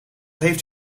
heeft